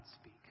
speak